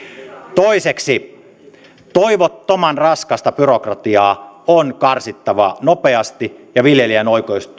toiseksi toivottoman raskasta byrokratiaa on karsittava nopeasti ja viljelijän